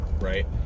right